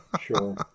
Sure